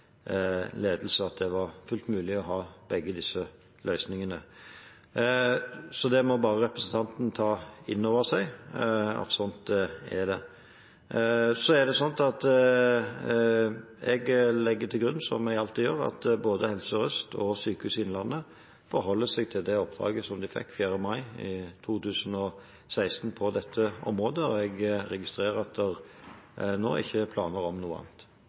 ledelse, og at det var fullt mulig å ha begge disse løsningene. Så representanten Toppe må bare ta inn over seg at slik er det. Jeg legger til grunn – som jeg alltid gjør – at både Helse Sør-Øst og Sykehuset Innlandet forholder seg til det oppdraget som de fikk den 4. mai 2016 på dette området. Og jeg registrerer at det nå ikke er planer om noe annet.